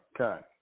okay